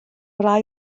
rai